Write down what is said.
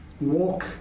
walk